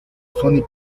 sony